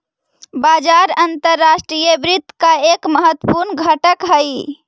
बाजार अंतर्राष्ट्रीय वित्त का एक महत्वपूर्ण घटक हई